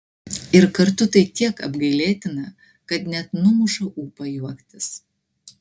ir kartu tai tiek apgailėtina kad net numuša ūpą juoktis